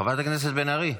חברת הכנסת בן ארי,